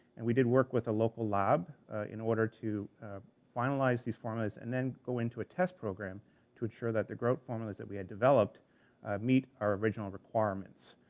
and we did work with a local lab in order to finalize these formulas, and then go into a test program to ensure that the grout formulas that we had developed meet our original requirements.